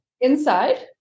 Inside